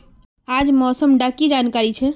आज मौसम डा की जानकारी छै?